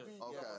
Okay